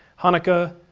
hanukkah,